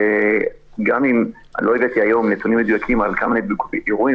לא הבאתי היום נתונים מדויקים כמה נדבקו באירועים